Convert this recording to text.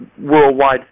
worldwide